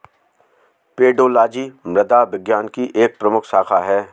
pedology मृदा विज्ञान की एक प्रमुख शाखा है